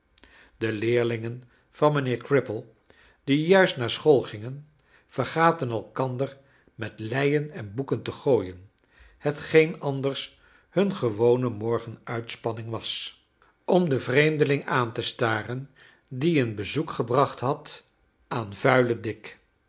de leerlingcn van mijnheer crip pie die juist naar school gingen i vergaten elkander met leien en boeken te gooien hetgeen anders hun gewone morgen uitspanning was om den vreemdeling aan te staren die een bezoek gebracht had aan vuile dick